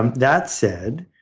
and that said,